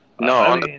No